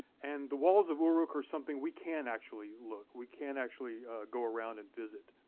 and the walls of uruk are something we can actually look, we can actually go around and visit.